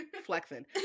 flexing